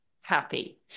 happy